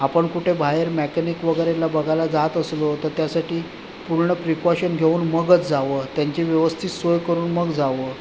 आपण कुठे बाहेर मॅकेनिक वगैरेला बघायला जात असलो तर त्यासाठी पूर्ण प्रिकॉशन घेऊन मगच जावं त्यांची व्यवस्थित सोय करून मग जावं